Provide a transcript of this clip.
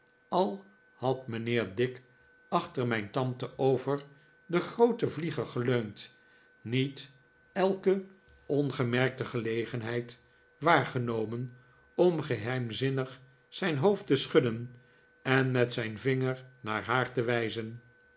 al had mijnheer dick achter mijn tante over deft grooten vlieger geleund niet elke ongemerkte gelegenheid waargenomen om geheimzinnig zijn hoofd te schudden en met zijn vinger naar haar te wijzen